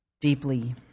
deeply